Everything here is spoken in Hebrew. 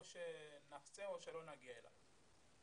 או שלא נגיע אליו?